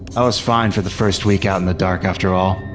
i was fine for the first week out in the dark, after all.